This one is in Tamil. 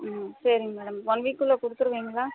சரிங்க மேடம் ஒன் வீக் குள்ளே கொடுத்துருவிங்களா